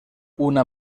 una